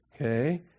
Okay